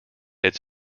its